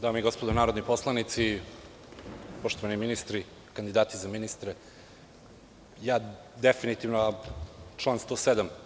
Dame i gospodo narodni poslanici, poštovani ministri, kandidati za ministre, definitivno, član 107.